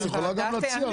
את יכולה גם להציע.